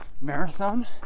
Marathon